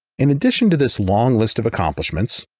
in addition to this long list of accomplishments,